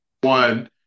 one